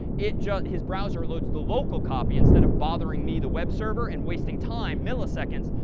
it just his browser loads the local copy instead of bothering me, the web server, and wasting time, milliseconds,